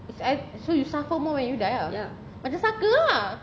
so you suffer more when you die ah macam saka ah